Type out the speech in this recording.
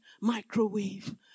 microwave